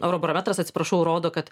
eurobarometras atsiprašau rodo kad